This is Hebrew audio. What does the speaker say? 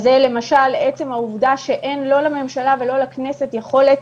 זה למשל עצם העבודה שאין לא לממשלה ולא לכנסת יכולת